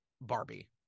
Barbie